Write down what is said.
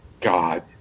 God